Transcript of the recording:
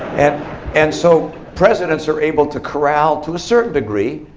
and and so presidents are able to corral, to a certain degree,